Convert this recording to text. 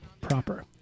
proper